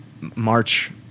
March